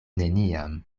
neniam